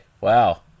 Wow